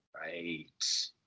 Right